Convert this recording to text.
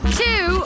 two